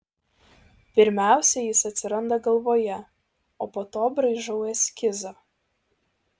pirmiausia jis atsiranda galvoje o po to braižau eskizą